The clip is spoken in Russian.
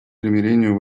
примирению